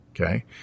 okay